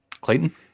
Clayton